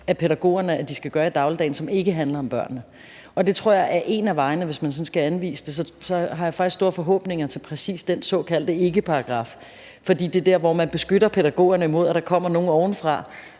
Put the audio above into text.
pædagogerne skal gøre i dagligdagen, som ikke handler om børnene. Det tror jeg er en af vejene, hvis jeg sådan skal anvise den. Jeg har faktisk store forhåbninger til præcis den såkaldte ikkeparagraf, for det er der, hvor man beskytter pædagogerne imod, at der kommer nogle ovenfra